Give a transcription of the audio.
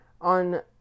On